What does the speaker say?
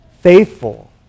faithful